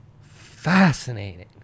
Fascinating